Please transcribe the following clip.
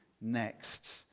next